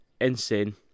Insane